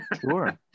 Sure